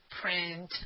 print